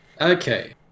Okay